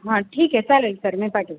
हा ठीक आहे चालेल सर मी पाठवते